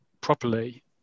properly